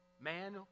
man